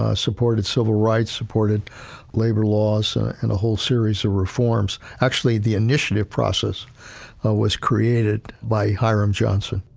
ah supported civil rights, supported labor laws and a whole series of reforms. actually, the initiative process ah was created by hiram johnson.